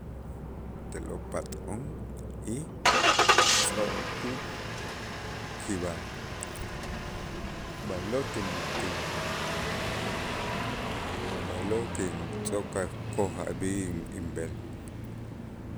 Te'lo' pat'o'on y tz'ok ki- kib'al, b'aylo' tin- tin b'aylo' kintz'oka' kojab'in inb'el.